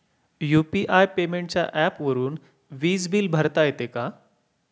UPI पेमेंटच्या ऍपवरुन वीज बिल भरता येते का?